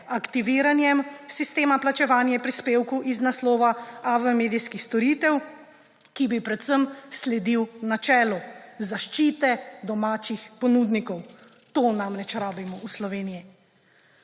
aktiviranjem sistema plačevanja prispevkov iz naslova AV medijskih storitev, ki bi predvsem sledil načelu zaščite domačih ponudnikov. To namreč potrebujemo v Sloveniji.